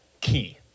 key